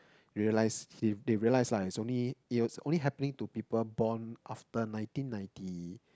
realise the~ they realise lah it's only it was only happening to people born after nineteen ninety